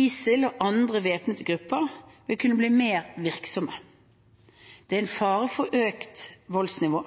ISIL og andre væpnede grupper vil kunne bli mer virksomme. Det er en fare for økt voldsnivå.